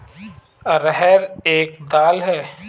अरहर एक दाल है